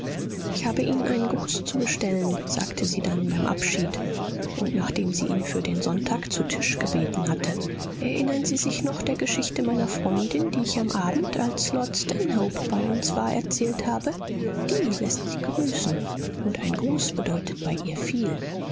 ich habe ihnen einen gruß zu bestellen sagte sie dann beim abschied und nachdem sie ihn für den sonntag zu tisch gebeten hatte erinnern sie sich noch der geschichte meiner freundin die ich am abend als lord stanhope bei uns war erzählt habe die läßt sie grüßen und ein gruß bedeutet bei ihr viel